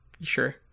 Sure